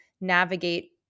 navigate